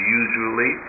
usually